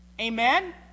Amen